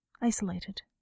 isolated